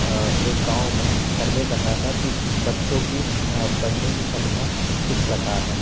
एक गाँव में सर्वे करना था कि बच्चों की पढ़ने की क्षमता किस प्रकार है